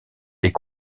est